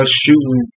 shooting